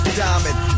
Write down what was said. diamond